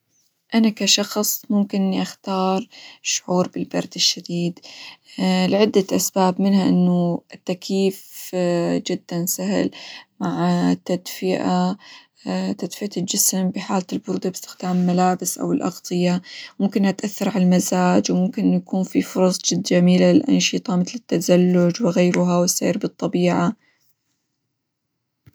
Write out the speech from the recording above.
أنا كشخص ممكن إني أختار الشعور بالبرد الشديد، لعدة أسباب منها إنه التكييف جدًا سهل، مع -تدفئة- تدفئة الجسم بحالة البرودة باستخدام ملابس، أو الأغطية، ممكن إنها تأثر على المزاج، وممكن إنه يكون فيه فرص جد جميلة للأنشطة مثل: التزلج، وغيرها، والسير بالطبيعة.